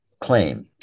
claim